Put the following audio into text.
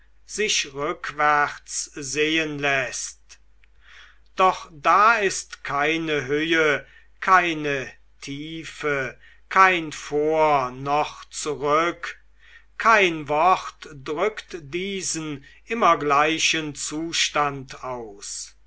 sich rückwärts sehen läßt doch da ist keine höhe keine tiefe kein vor und zurück kein wort drückt diesen immer gleichen zustand aus